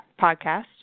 podcast